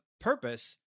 purpose